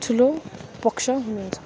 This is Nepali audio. ठुलो पक्ष हुनुहुन्छ